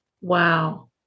Wow